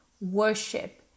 worship